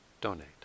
donate